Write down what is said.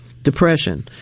depression